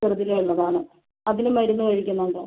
ചെറുതിലേ ഉള്ളതാണ് അതിന് മരുന്ന് കഴിക്കുന്നുണ്ടോ